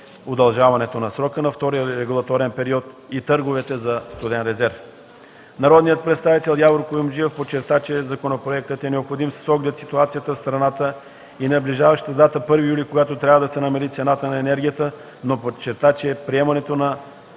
удължаването на срока на втория регулаторен период и търговете за студен резерв. Народният представител Явор Куюмджиев подчерта, че законопроектът е необходим с оглед ситуацията в страната и наближаващата дата 1 юли, когато трябва да се намали цената на енергията, но подчерта, че приемането на